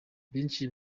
benshi